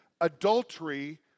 adultery